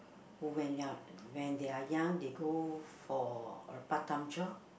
when you're when they're young they go for a part time job